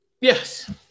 Yes